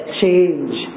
change